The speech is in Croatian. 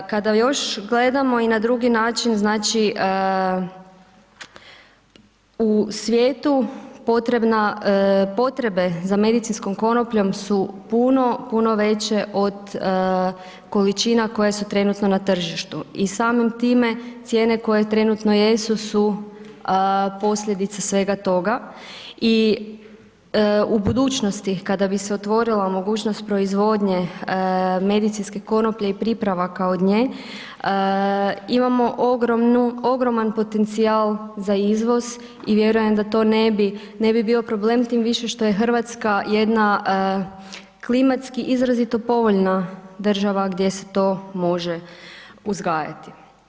Kada još gledamo i na drugi način, znači, u svijetu potrebe za medicinskom konopljom su puno, puno veće od količina koje su trenutno na tržištu i samim time cijene koje trenutno jesu, su posljedica svega toga i u budućnosti kada bi se otvorila mogućnost proizvodnje medicinske konoplje i pripravaka od nje, imamo ogroman potencijal za izvoz i vjerujem da to ne bi, ne bi bio problem tim više što je RH jedna klimatski izrazito povoljna država gdje se to može uzgajati.